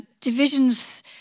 divisions